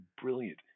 brilliant